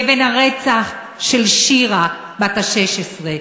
לבין הרצח של שירה בת ה-16,